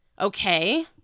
Okay